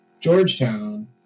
Georgetown